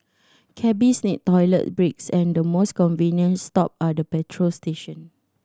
cabbies need toilet breaks and the most convenient stop are the petrol station